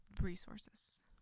resources